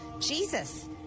jesus